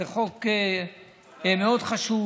זה חוק חשוב מאוד,